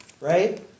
right